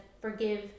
forgive